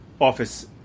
office